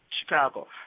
Chicago